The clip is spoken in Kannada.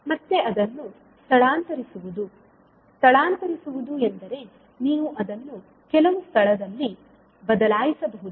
ಮತ್ತೆ ಅದನ್ನು ಸ್ಥಳಾಂತರಿಸುವುದು ಸ್ಥಳಾಂತರಿಸುವುದು ಎಂದರೆ ನೀವು ಅದನ್ನು ಕೆಲವು ಸ್ಥಳದಲ್ಲಿ ಬದಲಾಯಿಸಬಹುದು